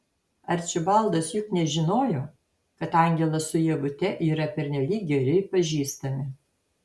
arčibaldas juk nežinojo kad angelas su ievute yra pernelyg geri pažįstami